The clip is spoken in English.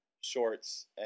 shorts